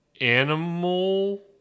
animal